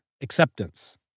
acceptance